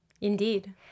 Indeed